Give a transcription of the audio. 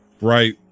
Right